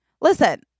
listen